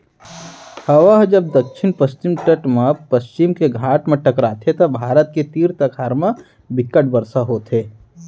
हवा ह जब दक्छिन पस्चिम तट म पस्चिम के घाट म टकराथे त भारत के तीर तखार म बिक्कट बरसा होथे